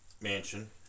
Mansion